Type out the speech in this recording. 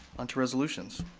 onto resolutions.